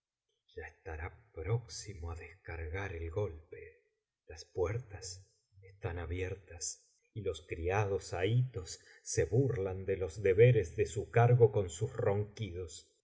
estará próximo á descargar el golpe las puertas están abiertas y los criados ahitos se burlan de los deberes de su cargo con sus ronquidos